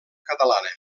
catalana